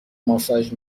ماساژ